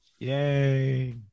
Yay